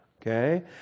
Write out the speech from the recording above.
Okay